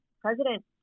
President